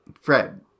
Fred